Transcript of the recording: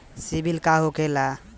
सीबील का होखेला?